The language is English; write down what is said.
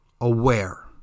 aware